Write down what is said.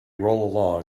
roll